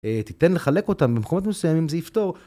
תיתן לחלק אותם במקומות מסוימים, זה יפתור.